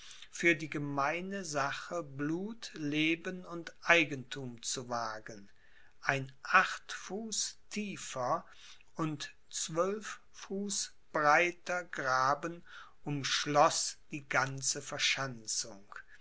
für die gemeine sache blut leben und eigenthum zu wagen ein acht fuß tiefer und zwölf fuß breiter graben umschloß die ganze verschanzung